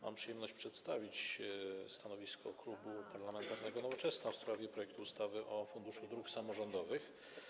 Mam przyjemność przedstawić stanowisko Klubu Poselskiego Nowoczesna w sprawie projektu ustawy o Funduszu Dróg Samorządowych.